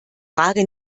frage